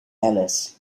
ellis